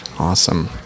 Awesome